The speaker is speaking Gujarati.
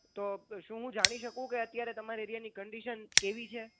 તો શું હું જાણી શકું કે અત્યારે તમારા એરિયાની કંડીશન કેવી છે